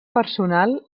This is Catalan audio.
personal